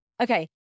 Okay